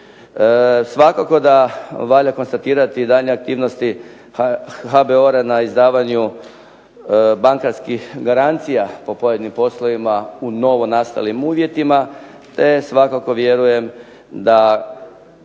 Svakako da valja konstatirati i daljnje aktivnosti HBOR-a na izdavanju bankarskih garancija po pojedinim poslovima u novonastalim uvjetima, te svakako vjerujem da